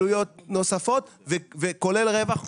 עלויות נוספות כולל רווח,